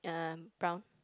um brown